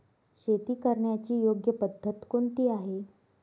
शेती करण्याची योग्य पद्धत कोणती आहे?